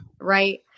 Right